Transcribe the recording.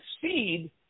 succeed